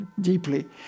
deeply